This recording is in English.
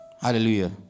Hallelujah